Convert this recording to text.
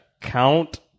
count